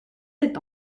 sept